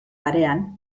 parean